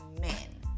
men